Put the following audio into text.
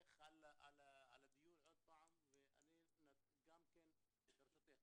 כל הזמן נזהרת מלומר,